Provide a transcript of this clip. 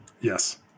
Yes